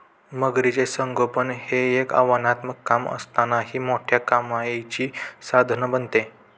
मगरीचे संगोपन हे एक आव्हानात्मक काम असतानाही मोठ्या कमाईचे साधन बनते